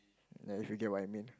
ya if you get what I mean